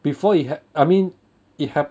before it ha~ I mean it ha~